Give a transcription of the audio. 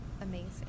Amazing